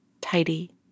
tidy